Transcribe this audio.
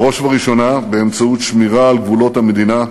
בראש ובראשונה באמצעות שמירה על גבולות המדינה,